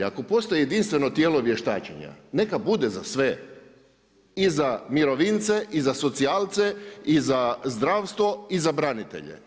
Ako postoji jedinstveno tijelo vještačenja, neka bude za sve i za mirovince, i za socijalce, i za zdravstvo i za branitelje.